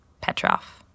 Petrov